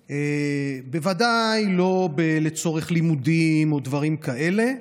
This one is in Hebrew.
בוודאי לא לצורך לימודים או דברים כאלה.